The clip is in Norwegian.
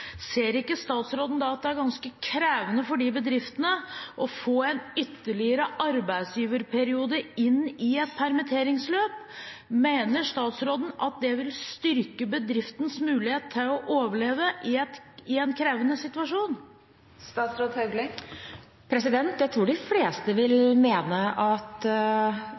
ser ikke statsråden da at det er ganske krevende for de bedriftene å få en ytterligere arbeidsgiverperiode inn i et permitteringsløp? Mener statsråden at det vil styrke bedriftens mulighet til å overleve i en krevende situasjon? Jeg tror de fleste vil mene at